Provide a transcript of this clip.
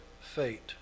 fate